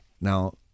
Now